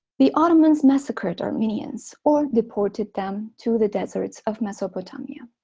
the ottomans massacred armenians or deported them to the deserts of mesopotamia.